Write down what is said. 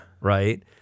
Right